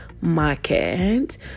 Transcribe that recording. market